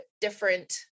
different